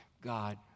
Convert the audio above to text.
God